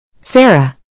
Sarah